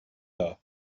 loved